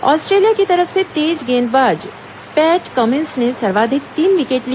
Australia की तरफ से तेज गेंदबाज पैट कमिंस ने सर्वाधिक तीन विकेट लिए